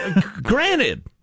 granted